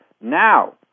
Now